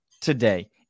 Today